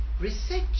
Research